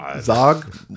zog